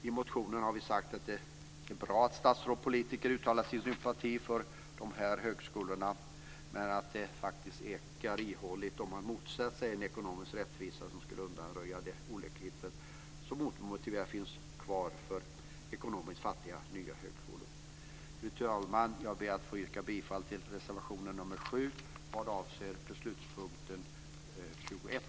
I motionen har vi sagt att det är bra att statsråd och politiker uttalar sin sympati för dessa högskolor, men att det ekar ihåligt om man motsätter sig en ekonomisk rättvisa och låter bli att undanröja de olikheter som fattiga nya högskolor omotiverat drabbas av. Fru talman! Jag ber att få yrka bifall till reservation nr 7 vad avser beslutspunkten 21.